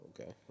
okay